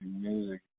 music